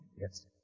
Yes